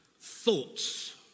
thoughts